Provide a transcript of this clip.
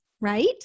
right